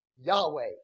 Yahweh